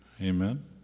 amen